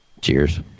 Cheers